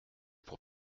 pour